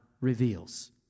reveals